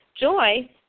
joy